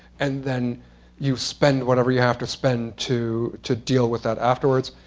and then you spend whatever you have to spend to to deal with that afterwards.